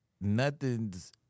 nothing's